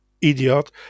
idiot